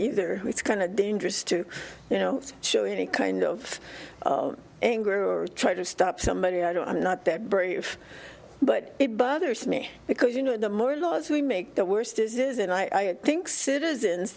either it's kind of dangerous to you know show any kind of anger or try to stop somebody i don't i'm not that brave but it bothers me because you know the more laws we make the worst is is and i think citizens